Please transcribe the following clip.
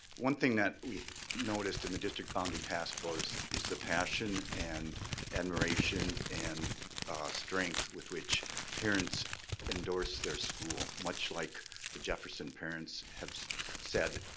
one thing that we noticed in the district bounty task force is the passion and and ration and strength with which parents endorse their school. much like the jefferson parents have said,